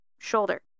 shoulder